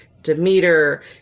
Demeter